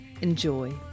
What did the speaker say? enjoy